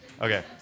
Okay